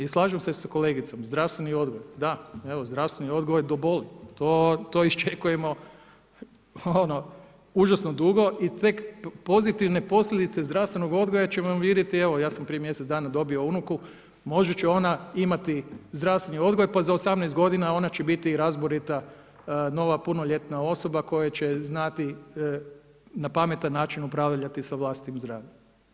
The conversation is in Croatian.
I slažem se s kolegicom, zdravstveni odgoj, da, evo zdravstveni odgoj do boli, to iščekujemo užasno dugo i tek pozitivne posljedice zdravstvenog odgoja ćemo uvidjeti, evo ja sam prije mjesec dana dobio unuku možda će ona imati zdravstveni odgoj pa za 18 godina ona će biti razborita nova punoljetna osoba koja će znati na pametan način upravljati sa vlastitim zdravljem.